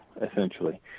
essentially